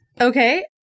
Okay